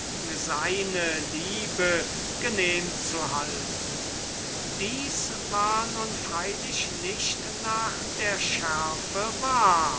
seine liebe genehm zu halten dieses war nun freilich nicht nach der schärfe